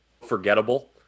forgettable